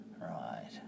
Right